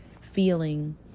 feeling